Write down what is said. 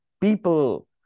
people